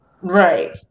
Right